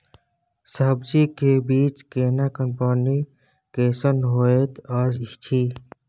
सब्जी के बीज केना कंपनी कैसन होयत अछि?